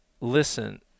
listen